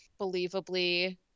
believably